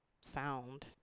sound